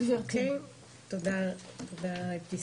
תודה רבה.